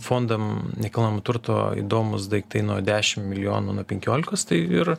fondam nekilnojamo turto įdomūs daiktai nuo dešim milijonų nuo penkiolikos tai ir